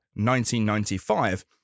1995